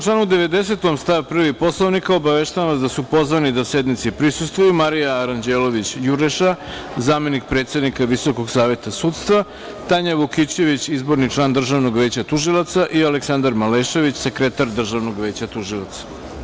Saglasno 90. stav 1. Poslovnika, obaveštavam vas da su pozvani da sednici prisustvuju Marija Aranđelović Jureša, zamenik predsednika Visokog saveta sudstva, Tanja Vukićević, izborni član Državnog veća tužilaca i Aleksandar Malešević, sekretar državnog veća tužilaca.